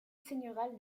seigneurial